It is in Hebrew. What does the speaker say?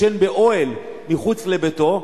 ישן באוהל מחוץ לביתו,